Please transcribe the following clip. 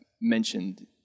mentioned